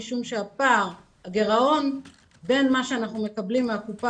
משום שהגירעון בין מה שאנחנו מקבלים מהקופה